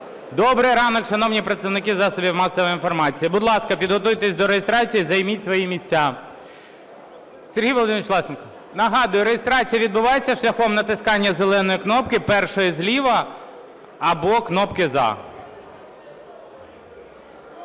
Добрий ранок, шановні представники засобів масової інформації! Будь ласка, підготуйтесь до реєстрації, займіть свої місця. Сергій Володимирович Власенко, нагадую, реєстрація відбувається шляхом натискання зеленої кнопки, першої зліва, або кнопки "за".